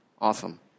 Awesome